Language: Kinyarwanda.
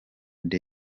the